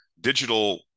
digital